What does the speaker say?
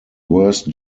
worst